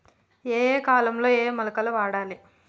ఏయే కాలంలో ఏయే మొలకలు వాడాలి?